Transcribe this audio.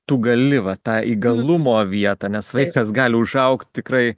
tu gali va tą įgalumo vietą nes vaikas gali užaugt tikrai